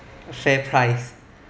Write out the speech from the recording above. fair price